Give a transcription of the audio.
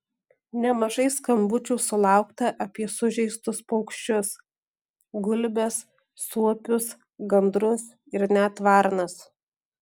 nemažai skambučių sulaukta apie sužeistus paukščius gulbes suopius gandrus ir net varnas